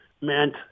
meant